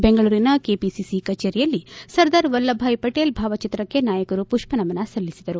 ಬೆಂಗಳೂರಿನ ಕೆಪಿಸಿಸಿ ಕಚೇರಿಯಲ್ಲಿ ಸರ್ದಾರ್ ವಲ್ಲಭ ಬಾಯಿ ಪಟೇಲ್ ಭಾವಚಿತ್ರಕ್ಕೆ ನಾಯಕರು ಮಷ್ಟ ನಮನ ಸಲ್ಲಿಸಿದರು